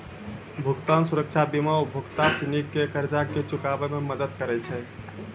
भुगतान सुरक्षा बीमा उपभोक्ता सिनी के कर्जा के चुकाबै मे मदद करै छै